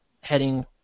heading